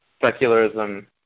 secularism